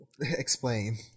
Explain